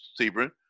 Sebring